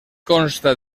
consta